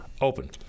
open